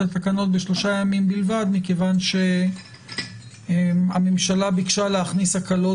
התקנות בשלושה ימים בלבד מכיוון הממשלה בקשה להכניס הקלות